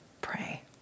pray